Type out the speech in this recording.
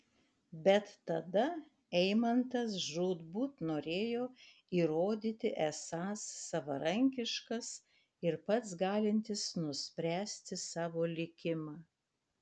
bet tada eimantas žūtbūt norėjo įrodyti esąs savarankiškas ir pats galintis nuspręsti savo likimą